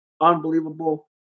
unbelievable